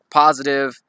positive